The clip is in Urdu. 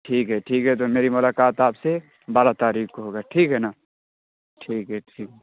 ٹھیک ہے ٹھیک ہے تو میری ملاکات آپ سے بارہ تاریک کو ہوگا ٹھیک ہے نا ٹھیک ہے ٹھیک